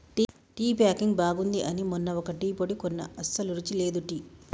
tea packing బాగుంది అని మొన్న ఒక టీ పొడి కొన్న అస్సలు రుచి లేదు టీ